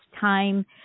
time